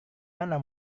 mana